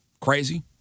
Crazy